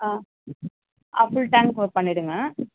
ஆ ஆ full tank full பண்ணிடுங்க